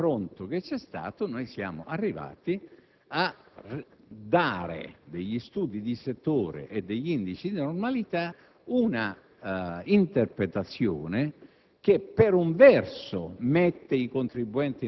luogo, perchè, attraverso quel confronto, siamo arrivati a dare degli studi di settore e degli indici di normalità un'interpretazione